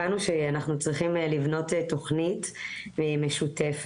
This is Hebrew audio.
הבנו שאנחנו צריכים לבנות תוכנית משותפת,